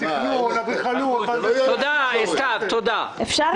תאמר, בבקשה,